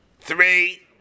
three